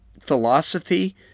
philosophy